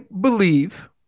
believe